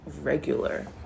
regular